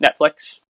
Netflix